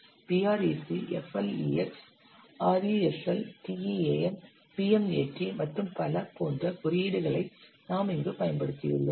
PREC FLEX RESL TEAM PMAT மற்றும் பல போன்ற குறியீடுகளை நாம் இங்கு பயன்படுத்தியுள்ளோம்